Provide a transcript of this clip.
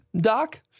doc